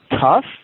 tough